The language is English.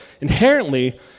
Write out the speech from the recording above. inherently